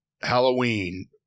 Halloween